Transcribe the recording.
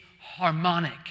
harmonic